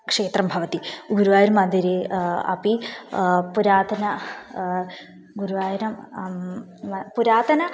क्षेत्रं भवति गुरुवायुर् मन्दिरे अपि पुरातनं गुरुवायुरं पुरातनं